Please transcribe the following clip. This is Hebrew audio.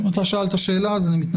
אם אתה שאלת שאלה, אני מתנצל.